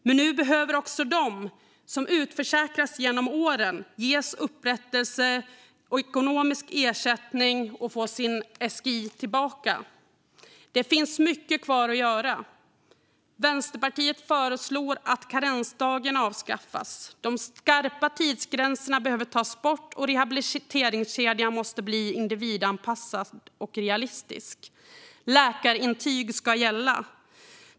Men nu behöver också de som har utförsäkrats genom åren ges upprättelse och ekonomisk ersättning och få sin SGI tillbaka. Det finns mycket kvar att göra. Vänsterpartiet föreslår att karensdagen avskaffas. De skarpa tidsgränserna behöver tas bort, och rehabiliteringskedjan måste bli individanpassad och realistisk. Läkarintyg ska gälla.